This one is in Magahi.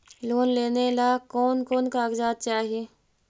लोन लेने ला कोन कोन कागजात चाही?